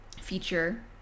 feature